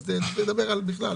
אז תדבר על בכלל.